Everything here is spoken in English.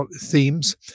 themes